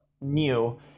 new